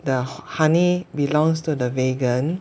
the honey belongs to the vegan